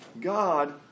God